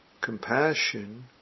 Compassion